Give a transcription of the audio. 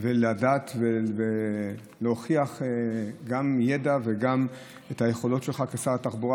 ולדעת ולהוכיח גם ידע וגם את היכולות שלך כשר התחבורה.